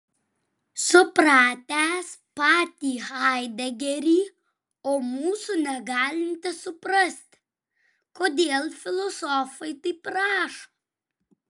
supratęs patį haidegerį o mūsų negalintis suprasti kodėl filosofai taip rašo